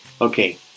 Okay